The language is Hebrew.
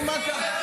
זה לא נכון.